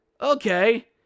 Okay